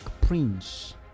prince